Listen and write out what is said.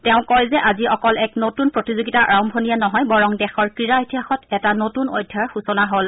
তেওঁ কয় যে আজি অকল এক নতুন প্ৰতিযোগিতাৰ আৰম্ভণিয়েই নহয় বৰং দেশৰ ক্ৰীড়া ইতিহাসত এটা নতুন অধ্যায়ৰ সূচনা হল